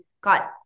got